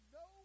no